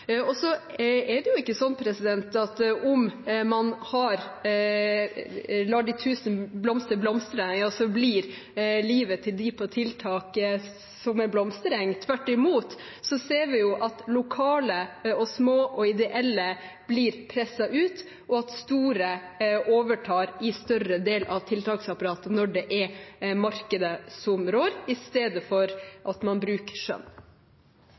Og det er ikke sånn at om man lar de tusen blomster blomstre, blir livet til dem på tiltak som en blomstereng. Tvert imot ser vi at lokale og små og ideelle blir presset ut og store overtar i større deler av tiltaksapparatet, når det er markedet som rår – i stedet for at man bruker skjønn.